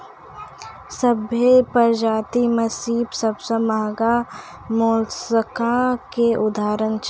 सभ्भे परजाति में सिप सबसें महगा मोलसका के उदाहरण छै